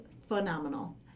phenomenal